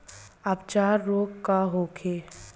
अपच रोग का होखे?